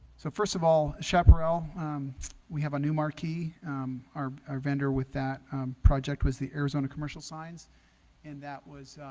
so first of all chaparral we have a new marquee our our vendor with that project was the arizona commercial signs and that was